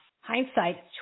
hindsight